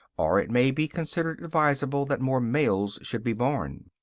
or it may be considered advisable that more males should be born.